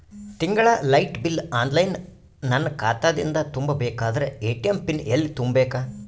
ತಿಂಗಳ light bill online ನನ್ನ ಖಾತಾ ದಿಂದ ತುಂಬಾ ಬೇಕಾದರ ಎ.ಟಿ.ಎಂ ಪಿನ್ ಎಲ್ಲಿ ತುಂಬೇಕ?